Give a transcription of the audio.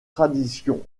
tradition